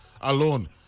alone